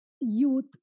youth